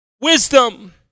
wisdom